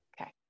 okay